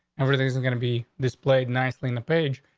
everything is is going to be displayed nicely in the page.